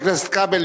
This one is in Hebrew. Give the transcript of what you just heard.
חבר הכנסת כבל,